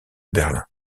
berlin